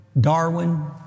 Darwin